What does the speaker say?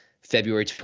February